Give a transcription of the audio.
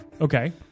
Okay